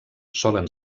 solen